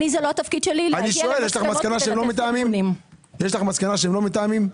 זה לא התפקיד שלי להגיע למסקנות --- יש לך מסקנה שהם לא מתואמים?